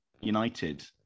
United